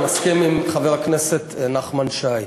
אני מסכים עם חבר הכנסת נחמן שי.